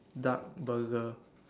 duck Burger